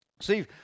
see